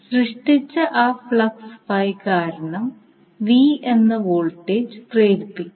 സൃഷ്ടിച്ച ആ ഫ്ലക്സ് കാരണം v എന്ന വോൾട്ടേജ് പ്രേരിപ്പിക്കും